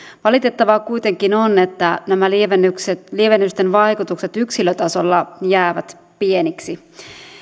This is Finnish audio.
valitettavaa kuitenkin on että nämä lievennysten vaikutukset yksilötasolla jäävät pieniksi